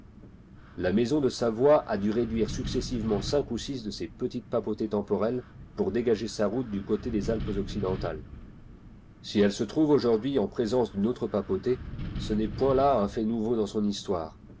la maison de savoie a dû réduire successivement cinq ou six de ces petites papautés temporelles jx ur dégager sa route du côté des alpes occidentales si elle se trouve aujourd'hui en présence d'une autre papauté ce n'est point là un fait nouveau dans son histoire